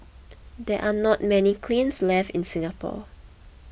there are not many kilns left in Singapore